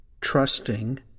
trusting